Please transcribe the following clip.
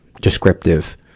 descriptive